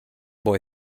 boy